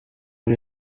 uri